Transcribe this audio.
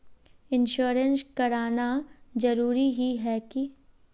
Insurance कराना जरूरी ही है की?